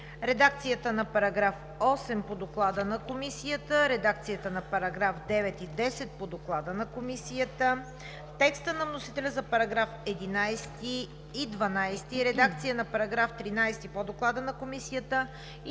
редакцията на § 8 по Доклада на Комисията; редакцията на параграфи 9 и 10 по Доклада на Комисията; текста на вносителя за параграфи 11 и 12; редакцията на § 13 по Доклада на Комисията и